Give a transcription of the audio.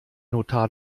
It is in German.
notar